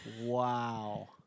Wow